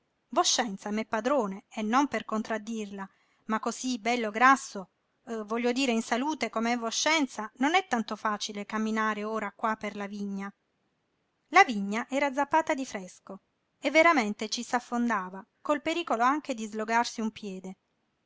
voscenza m'è padrone e non per contraddirla ma cosí bello grasso voglio dire in salute com'è voscenza non è tanto facile camminare ora qua per la vigna la vigna era zappata di fresco e veramente ci s'affondava col pericolo anche di slogarsi un piede